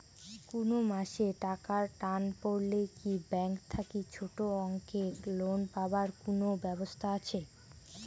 কুনো মাসে টাকার টান পড়লে কি ব্যাংক থাকি ছোটো অঙ্কের লোন পাবার কুনো ব্যাবস্থা আছে?